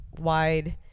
wide